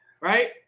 Right